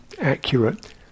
accurate